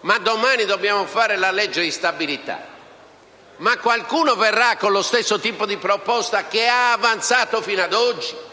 ma domani dobbiamo fare la legge di stabilità, qualcuno verrà con lo stesso tipo di proposta che ha avanzato fino ad oggi,